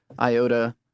iota